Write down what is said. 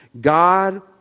God